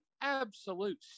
absolute